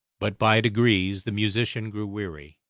but by degrees the musician grew weary,